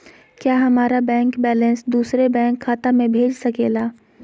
क्या हमारा bank balance दूसरे बैंक खाता में भेज सके ला?